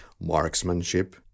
marksmanship